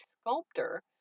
sculptor